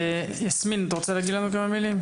יסמין את רוצה להגיד כמה מילים?